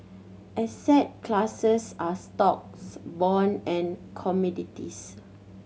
asset classes are stocks bonds and commodities